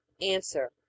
Answer